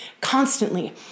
Constantly